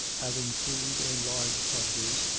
having food in large quantities,